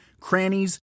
crannies